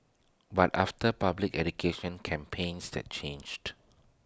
but after public education campaigns that changed